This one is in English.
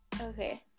Okay